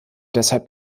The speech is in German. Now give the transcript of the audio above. deshalb